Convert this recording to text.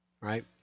Right